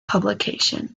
publication